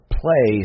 play